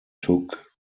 took